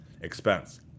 Expense